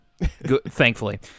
Thankfully